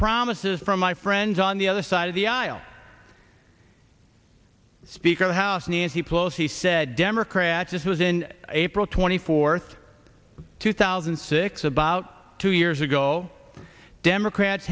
promises from my friends on the other side of the aisle speaker of the house nancy pelosi said democrats this was in april twenty fourth two thousand and six about two years ago democrats